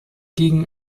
gegen